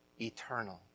eternal